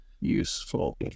useful